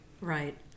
right